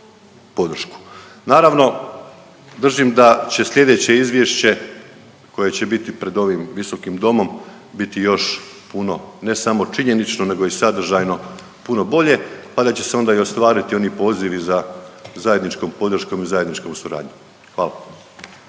Naravno držim da će slijedeće izvješće koje će biti pred ovim visokim domom biti još puno ne samo činjenično nego i sadržajno puno bolje, pa da će onda i ostvariti oni pozivi za zajedničkom podrškom i zajedničkom suradnjom, hvala.